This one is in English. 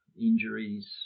injuries